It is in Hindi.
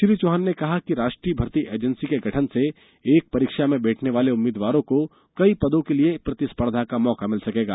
श्री चौहान ने कहा कि राष्ट्रीय भर्ती एजेंसी के गठन से एक परीक्षा में बैठने वाले उम्मीदवारों को कई पदों के लिए प्रतिस्पर्धा का मौका मिल सकेगा